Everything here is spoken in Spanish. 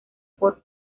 por